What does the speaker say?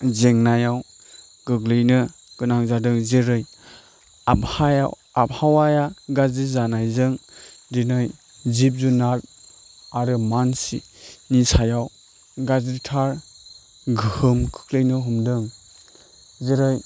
जेंनायाव गोग्लैनो गोनां जादों जेरै आबहावाया आबहावाया गाज्रि जानायजों दिनै जिब जुनाद आरो मानसिनि सायाव गाज्रिथार गोहोम खोख्लैनो हमदों जेरै